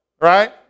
right